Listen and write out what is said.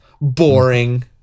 Boring